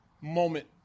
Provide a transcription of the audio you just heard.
moment